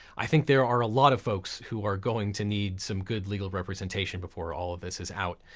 i think there are a lot of folks who are going to need some good legal representation before all of this is out,